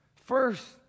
First